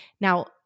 Now